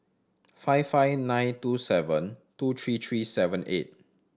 five five nine two seven two three three seven eight